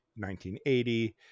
1980